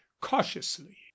cautiously